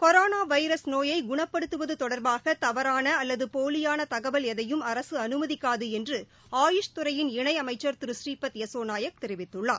corona virus நோயை குணப்படுத்துவது தொடர்பாக தவறான அல்லது போலியான தகவல் எதையும் அரசு அனுமதிக்காது என்று ஆயுஷ் துறையின் இணை அமைச்சர் திரு புரீபத் யசோ நாயக் தெரிவித்துள்ளார்